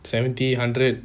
seventy hundred